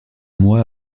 mois